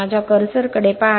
माझ्या कर्सर कडे पहा